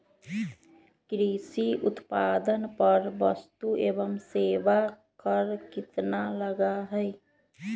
कृषि उत्पादन पर वस्तु एवं सेवा कर कितना लगा हई?